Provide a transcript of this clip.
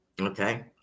Okay